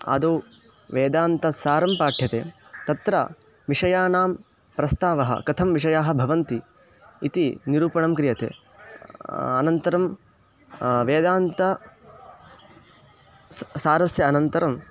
आदौ वेदान्तसारं पाठ्यते तत्र विषयाणां प्रस्तावः कथं विषयाः भवन्ति इति निरूपणं क्रियते अनन्तरं वेदान्तसारस्य अनन्तरं